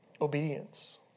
Obedience